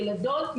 ילדות,